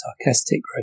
sarcastic